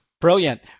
Brilliant